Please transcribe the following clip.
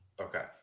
Okay